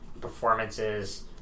Performances